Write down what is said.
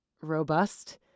robust